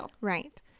Right